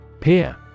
Peer